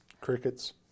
Crickets